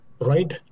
right